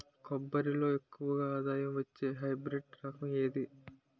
కొబ్బరి లో ఎక్కువ ఆదాయం వచ్చే హైబ్రిడ్ రకం ఏది?